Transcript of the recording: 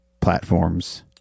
platforms